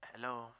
Hello